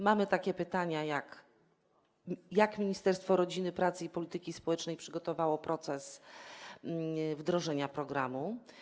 Mamy takie pytania: Jak Ministerstwo Rodziny, Pracy i Polityki Społecznej przygotowało proces wdrażania programu?